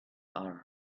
are